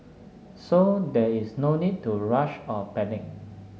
so there is no need to rush or panic